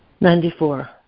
Ninety-four